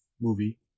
movie